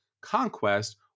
conquest